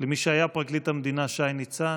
למי שהיה פרקליט המדינה, שי ניצן,